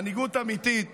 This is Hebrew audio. מנהיגות אמיתית